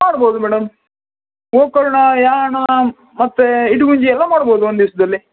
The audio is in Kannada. ಮಾಡ್ಬೋದು ಮೇಡಮ್ ಗೋಕರ್ಣ ಯಾಣ ಮತ್ತು ಇಡಗುಂಜಿ ಎಲ್ಲ ಮಾಡ್ಬೋದು ಒಂದು ದಿವ್ಸದಲ್ಲಿ